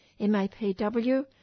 MAPW